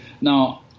Now